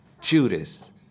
Judas